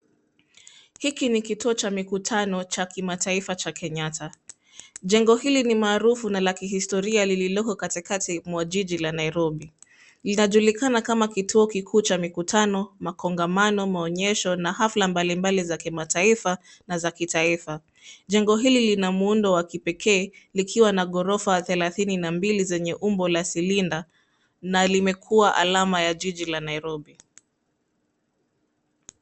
Hiki ni kituo cha mikutano cha kimataifa cha Kenyatta. Jengo hili ni maarufu na la kihistoria lililoko katikati mwa jiji la Nairobi. Linajulikana kama kituo kikuu cha mikutano, makongamano, maonyesho na hafla mbalimbali za kimataifa na za taifa. Jengo hili lina muundo wa kipekee likiwa na ghorofa thelathini na mbili zenye umbo la silinda na limekuwa alama ya jiji la Nairobi.